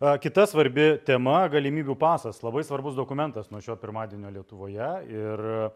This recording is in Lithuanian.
a kita svarbi tema galimybių pasas labai svarbus dokumentas nuo šio pirmadienio lietuvoje ir